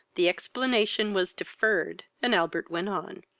the explanation was deferred, and albert went on.